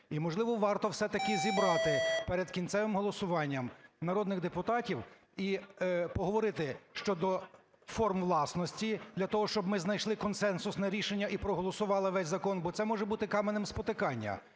і, можливо, варто все-таки зібрати перед кінцевим голосуванням народних депутатів і поговорити щодо форм власності, для того щоб ми знайшли консенсусне рішення, і проголосували весь закон, бо це може бути каменем спотикання.